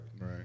right